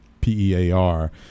P-E-A-R